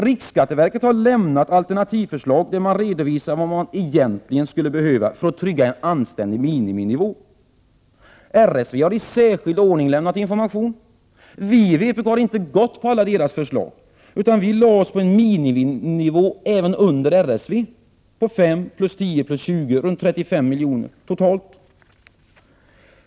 Riksskatteverket har ju lämnat alternativförslag, där man redovisar vad man egentligen skulle behöva för att trygga en anständig miniminivå. RSV har i särskild ordning lämnat information. Vi i vpk har inte följt alla deras förslag utan lagt oss på en miniminivå t.o.m. under RSV:s, runt 35 milj.kr. —5 plus 10 plus 20 milj.kr.